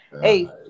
Hey